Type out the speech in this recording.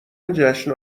جشن